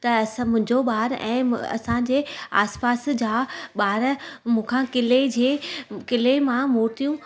त असां मुंहिंजो ॿारु ऐं असांजे आस पास जा ॿार मूंखां किले जे किले मां मूर्तियूं